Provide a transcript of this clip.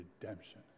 redemption